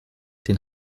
den